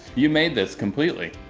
you made this completely.